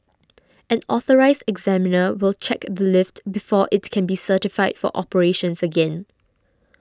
an Authorised Examiner will check the lift before it can be certified for operations again